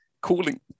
cooling